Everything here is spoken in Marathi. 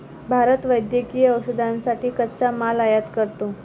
भारत वैद्यकीय औषधांसाठी कच्चा माल आयात करतो